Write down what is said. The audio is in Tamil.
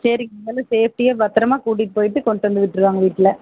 சரிங்க அதெல்லாம் சேஃப்டியாக பத்ரமாக கூட்டிகிட்டு போயிவிட்டு கொண்டுட்டு வந்து விட்டுருவாங்க வீட்டில